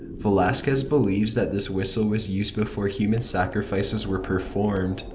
velasquez believes that this whistle was used before human sacrifices were performed.